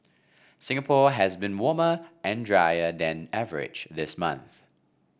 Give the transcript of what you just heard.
Singapore has been warmer and drier than average this month